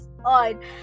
on